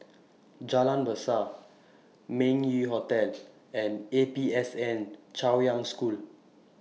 Jalan Berseh Meng Yew Hotel and A P S N Chaoyang School